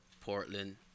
Portland